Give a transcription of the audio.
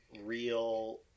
real